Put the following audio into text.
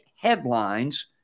headlines